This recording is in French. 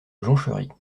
jonchery